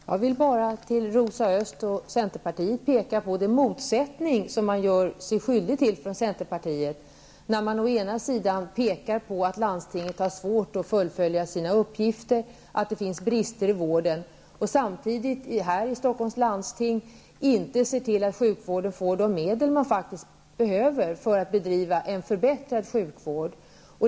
Herr talman! Jag vill för Rosa Östh och centern påpeka den motsägelse som man gör sig skyldig till när man å ena sidan säger att landstingen har svårt att fullfölja sina uppgifter, att det finns brister i vården och å andra sidan samtidigt hävdar att Stockholms läns landsting inte ser till att sjukvården får de medel som faktiskt behövs för att bedriva en förbättrad sjukvård.